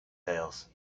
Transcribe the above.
tales